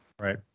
Right